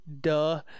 duh